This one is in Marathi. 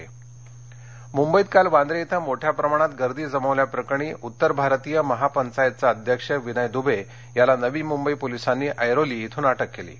कामगार मंत्रालय मुंबईत काल वांद्रे शें मोठ्या प्रमाणात गर्दी जमावल्या प्रकरणी उत्तर भारतीय महापंचायतचा अध्यक्ष विनय दुबे याला नवी मुंबई पोलिसांनी ऐरोली ब्रून अटक केली आहे